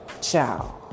Ciao